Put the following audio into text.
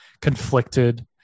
conflicted